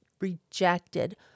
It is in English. rejected